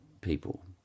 people